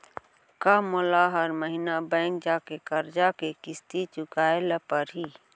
का मोला हर महीना बैंक जाके करजा के किस्ती चुकाए ल परहि?